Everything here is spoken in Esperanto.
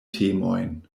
temojn